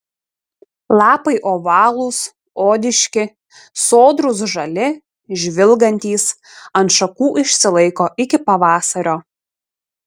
lapai ovalūs odiški sodrūs žali žvilgantys ant šakų išsilaiko iki pavasario